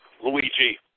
Luigi